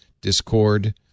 Discord